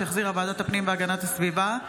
שהחזירה ועדת הפנים והגנת הסביבה.